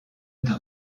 eta